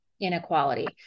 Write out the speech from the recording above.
inequality